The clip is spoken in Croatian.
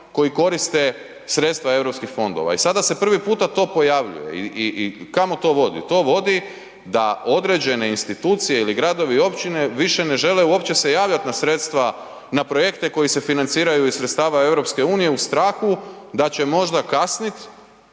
koji koriste sredstva europskih fondova. I sada se prvi puta to pojavljuje i kamo to vodi, to vodi da određene institucije ili gradovi i općine više ne žele uopće se javljati na sredstva, na projekte koji se financiraju iz sredstava EU u strahu da će možda kasnit